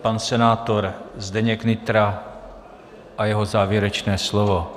Pan senátor Zdeněk Nytra a jeho závěrečné slovo.